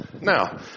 Now